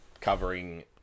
Covering